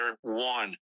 One